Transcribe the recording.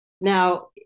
Now